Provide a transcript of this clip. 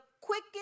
quickest